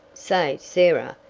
say, sarah.